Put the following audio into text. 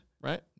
right